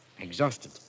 Exhausted